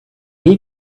hate